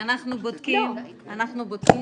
אנחנו בודקים --- לא, לא, לא.